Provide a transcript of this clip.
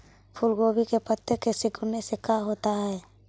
फूल गोभी के पत्ते के सिकुड़ने से का होता है?